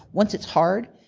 once it's hard,